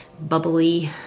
bubbly